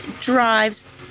drives